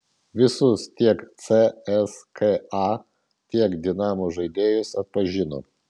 visus tiek cska tiek dinamo žaidėjus atpažino